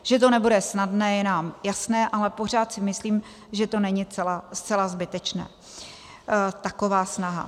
Že to nebude snadné, je nám jasné, ale pořád si myslím, že není zcela zbytečná taková snaha.